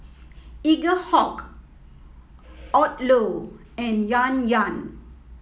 Eaglehawk Odlo and Yan Yan